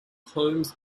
homes